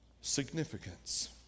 significance